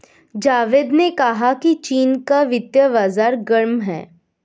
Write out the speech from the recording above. जावेद ने कहा कि चीन का वित्तीय बाजार गर्म है